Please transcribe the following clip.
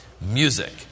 music